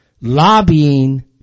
Lobbying